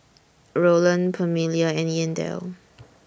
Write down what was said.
Rowland Pamelia and Yandel